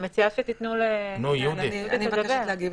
אני מציעה שתיתנו ליהודית לדבר.